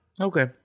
Okay